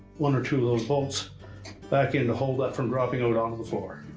one or two of those bolts back in to hold that from dropping out onto the floor.